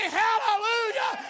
hallelujah